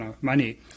money